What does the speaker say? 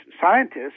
scientists